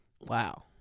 Wow